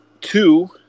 Two